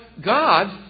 God